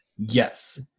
Yes